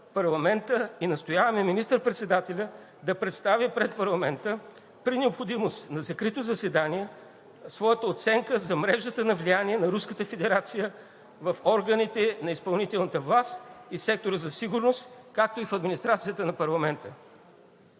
и настояваме министър-председателят да представи пред парламента – при необходимост на закрито заседание, своята оценка за мрежата на влияние на Руската федерация в органите на изпълнителната власт и сектора за сигурност, както и в администрацията на парламента,